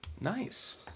nice